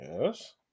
Yes